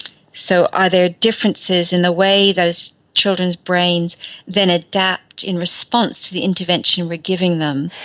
so are there differences in the way those children's brains then adapt in response to the intervention we're giving them.